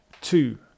two